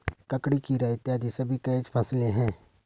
ककड़ी, खीरा इत्यादि सभी कैच फसलें हैं